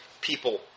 people